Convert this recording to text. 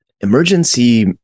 Emergency